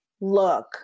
look